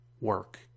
Work